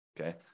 Okay